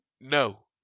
no